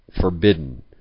forbidden